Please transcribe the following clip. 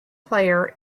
player